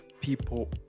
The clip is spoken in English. People